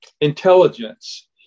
intelligence